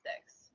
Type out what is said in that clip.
six